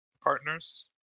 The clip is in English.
partners